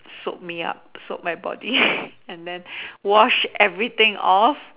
soap me up soap my body and then wash everything off